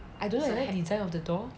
I don't know the design of the door